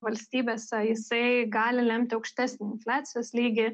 valstybėse jisai gali lemti aukštesnį infliacijos lygį